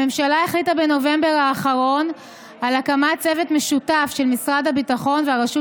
הממשלה החליטה בנובמבר האחרון על הקמת צוות משותף של משרד הביטחון והרשות